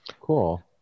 cool